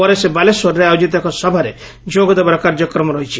ପରେ ସେ ବାଲେଶ୍ୱରରେ ଆୟେଜିତ ଏକ ସଭାରେ ଯୋଗଦେବାର କାର୍ଯ୍ୟକ୍ରମ ରହିଛି